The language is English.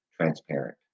transparent